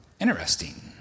Interesting